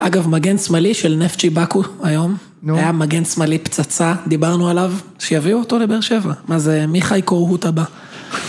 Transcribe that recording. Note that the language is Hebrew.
אגב, מגן שמאלי של נפטצ'י באקו היום.נו, היה מגן שמאלי פצצה, דיברנו עליו, שיביאו אותו לבאר שבע. מה זה, עמיחי קוראות הבא?